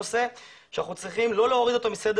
אבל את הנושא הזה אנחנו לא צריכים להוריד אותו מסדר-היום,